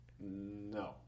no